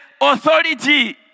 authority